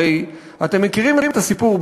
הרי אתם מכירים את הסיפור,